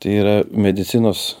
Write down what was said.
tai yra medicinos